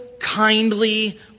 Kindly